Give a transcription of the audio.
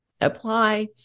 apply